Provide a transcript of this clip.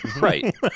right